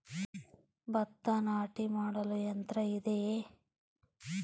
ಭತ್ತ ನಾಟಿ ಮಾಡಲು ಯಂತ್ರ ಇದೆಯೇ?